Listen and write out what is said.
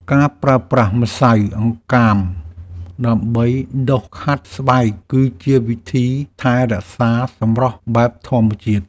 ការប្រើប្រាស់ម្សៅអង្កាមដើម្បីដុសខាត់ស្បែក គឺជាវិធីថែរក្សាសម្រស់បែបធម្មជាតិ។